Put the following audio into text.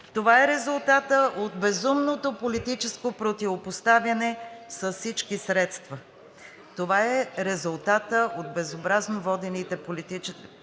Това е резултатът от безумното политическо противопоставяне с всички средства. Това е резултатът от безобразно водените предизборни